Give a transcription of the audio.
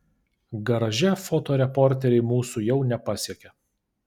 garaže fotoreporteriai mūsų jau nepasiekia